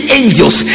angels